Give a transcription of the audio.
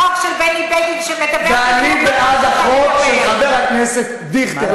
מתנגד, חברת הכנסת יעל גרמן.